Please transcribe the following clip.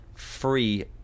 free